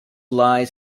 lies